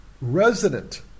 resident